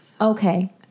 okay